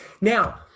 Now